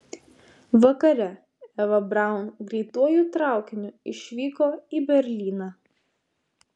vakare eva braun greituoju traukiniu išvyko į berlyną